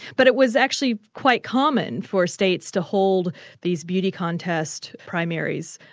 but it was actually quite common for states to hold these beauty contest primaries.